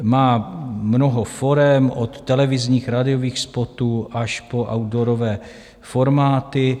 Má mnoho forem, od televizních, rádiových spotů až po outdoorové formáty.